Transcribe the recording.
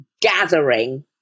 gathering